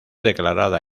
declarada